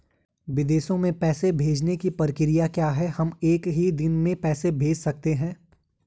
विदेशों में पैसे भेजने की प्रक्रिया क्या है हम एक ही दिन में पैसे भेज सकते हैं?